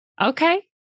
Okay